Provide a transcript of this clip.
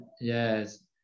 Yes